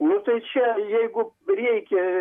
nu tai čia jeigu reikia